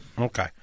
Okay